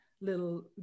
little